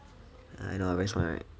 I know I very smart right